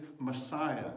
Messiah